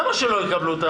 למה שלא יקבלו?